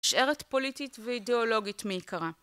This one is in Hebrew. נשארת פוליטית ואידיאולוגית מעיקרה